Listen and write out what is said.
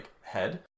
head